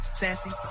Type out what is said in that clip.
Sassy